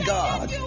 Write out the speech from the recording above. God